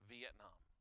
Vietnam